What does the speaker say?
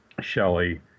Shelley